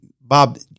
Bob